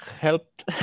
helped